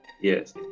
Yes